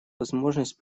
возможность